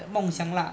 mm mm